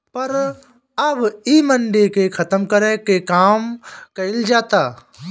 पर अब इ मंडी के खतम करे के काम कइल जाता